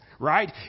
Right